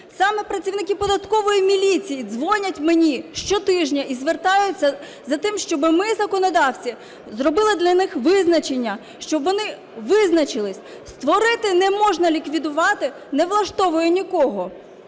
Саме працівники податкової міліції дзвонять мені щотижня і звертаються за тим, щоб ми, законодавці, зробили для них визначення, щоб вони визначились, "створити не можна ліквідувати" не влаштовує нікого.